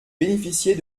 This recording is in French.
bénéficier